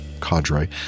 cadre